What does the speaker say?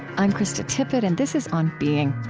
i'm krista tippett, and this is on being.